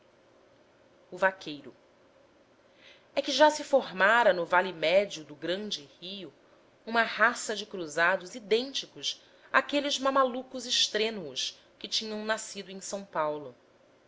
o vaqueiro é que já se formara no vale médio do grande rio uma raça de cruzados idênticos àqueles mamalucos estrênuos que tinham nascido em s paulo